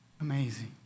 Amazing